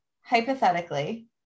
hypothetically